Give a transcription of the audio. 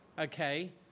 okay